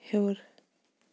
ہیوٚر